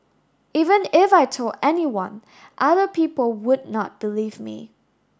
even if I told anyone other people would not believe me